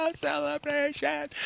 Celebration